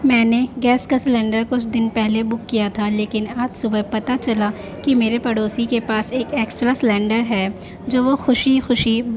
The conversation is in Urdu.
میں نے گیس کا سلینڈر کچھ دن پہلے بک کیا تھا لیکن آج صبح پتہ چلا کہ میرے پڑوسی کے پاس ایک ایکسٹرا سلینڈر ہے جو وہ خوشی خوشی